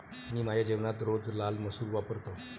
मी माझ्या जेवणात रोज लाल मसूर वापरतो